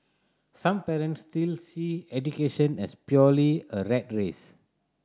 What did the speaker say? some parents still see education as purely a rat race